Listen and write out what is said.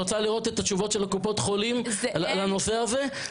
רוצה לראות את התשובות של קופות החולים לנושא הזה?